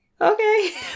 Okay